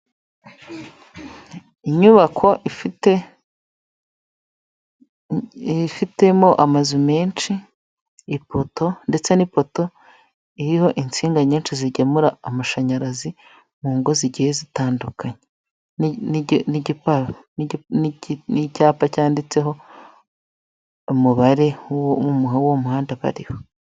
inyubako ifite yifitemo amazu menshi ipoto ndetse n'ipoto iriho insinga nyinshi zigemura amashanyarazi mu ngo zigiye zitandukanye n'igipa n'icyapa cyanditseho umubare w'uwo mu wumuhanda bariho.